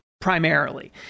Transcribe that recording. primarily